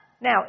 Now